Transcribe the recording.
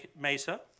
Mesa